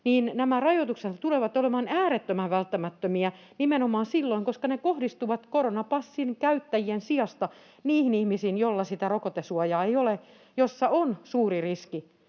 kantokyvyn varmistamiseksi — äärettömän välttämättömiä, koska ne kohdistuvat koronapassin käyttäjien sijasta niihin ihmisiin, joilla sitä rokotesuojaa ei ole, jolloin on suuri riski,